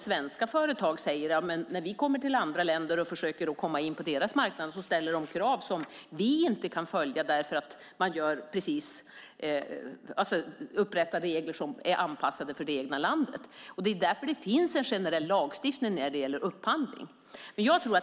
Svenska företag säger: När vi kommer till andra länder och försöker att komma in på deras marknader ställer de krav som vi inte kan följa. Man upprättar regler som är anpassade för det egna landet. Det finns en generell lagstiftning om upphandling.